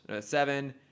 seven